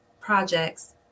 projects